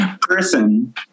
person